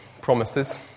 promises